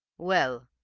well,